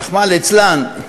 רחמנא ליצלן,